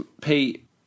Pete